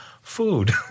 food